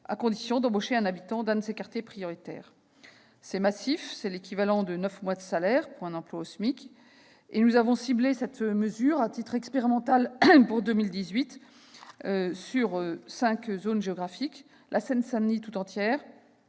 ans pour l'embauche en CDD d'un habitant d'un de ces quartiers prioritaires. C'est massif : c'est l'équivalent de neuf mois de salaire pour un emploi au SMIC. Nous avons ciblé cette mesure, à titre expérimental, pour 2018, sur cinq zones géographiques : la Seine-Saint-Denis tout entière,